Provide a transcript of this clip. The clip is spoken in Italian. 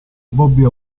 bobby